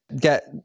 get